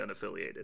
unaffiliated